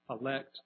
elect